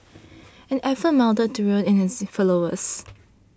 and efforts mounted to rein in his followers